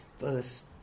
First